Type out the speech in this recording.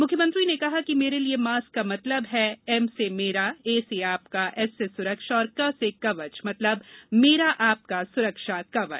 म्ख्यमंत्री ने कहा कि मेरे लिए मास्क का मतलब है एम से मेरा ए से आपका एस से स्रक्षा और क से कवच मतलब मेरा आपका स्रक्षा कवच